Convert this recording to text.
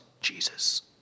Jesus